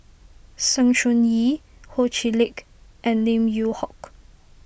Sng Choon Yee Ho Chee Lick and Lim Yew Hock